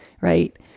Right